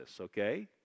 okay